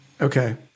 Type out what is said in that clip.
Okay